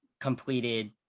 completed